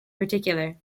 particular